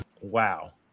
Wow